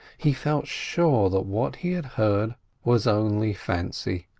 he felt sure that what he had heard was only fancy,